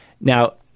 Now